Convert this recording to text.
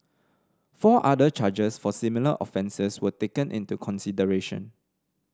four other charges for similar offences were taken into consideration